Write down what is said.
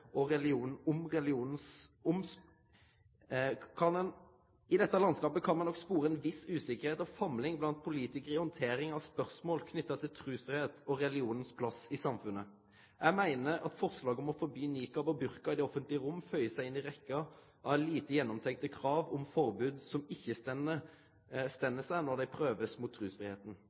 i handteringa av spørsmål knytte til trusfridom og religionens plass i samfunnet. Eg meiner at forslaget om å forby niqab og burka i det offentlege rommet føyer seg inn i rekkja av lite gjennomtenkte krav om forbod som ikkje står seg når dei blir prøvde mot